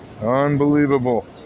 Unbelievable